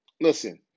listen